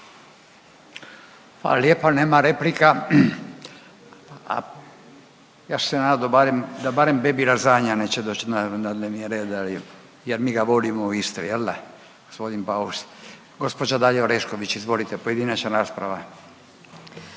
Hvala lijepa. Nema replika. Ja sam se nadao da barem, da barem Baby Lasagna neće doći na dnevni red ali, jer mi ga volimo isto jel da gospodin Baus. Gospođa Dalija Orešković izvolite, pojedinačna rasprava.